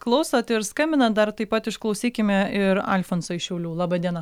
klausot ir skambinat dar taip pat išklausykime ir alfonsą iš šiaulių laba diena